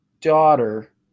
daughter